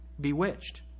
Bewitched